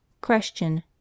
Question